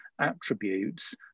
attributes